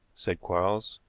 said quarles.